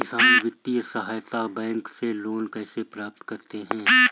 किसान वित्तीय सहायता बैंक से लोंन कैसे प्राप्त करते हैं?